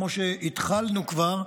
כמו שהתחלנו כבר,